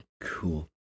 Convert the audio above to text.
Cool